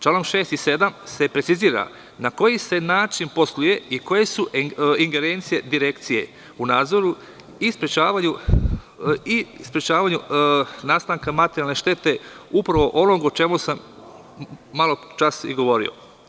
Članom 6. i 7. se precizira na koji se način posluje i koje su ingerencije Direkcije u nadzoru i sprečavanju nastanka materijalne štete, upravo onog o čemu sam maločas i govorio.